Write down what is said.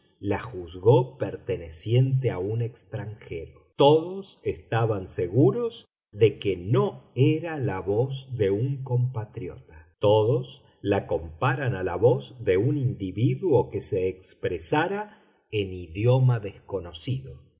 la juzgó perteneciente a un extranjero todos estaban seguros de que no era la voz de un compatriota todos la comparan a la voz de un individuo que se expresara en idioma desconocido